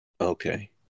Okay